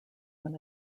when